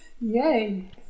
yay